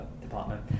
department